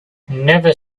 never